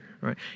right